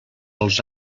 els